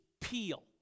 peel